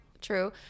true